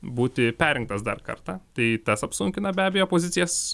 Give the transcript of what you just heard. būti perrinktas dar kartą tai tas apsunkina be abejo pozicijas